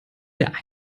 der